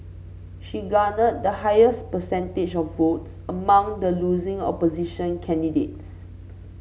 she garnered the highest percentage of votes among the losing opposition candidates